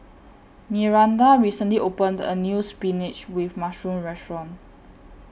Miranda recently opened A New Spinach with Mushroom Restaurant